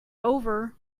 over